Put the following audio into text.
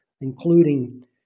including